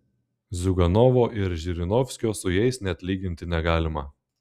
ziuganovo ar žirinovskio su jais net lyginti negalima